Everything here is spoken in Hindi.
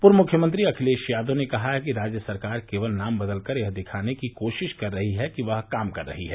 पूर्व मुख्यमंत्री अखिलेश यादव ने कहा है कि राज्य सरकार केवल नाम बदलकर यह दिखाने की कोशिश कर रही है कि वह काम कर रही है